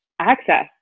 access